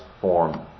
form